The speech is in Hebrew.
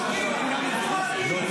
(חבר הכנסת יוראי להב הרצנו יוצא מאולם המליאה.) מה זה?